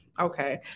Okay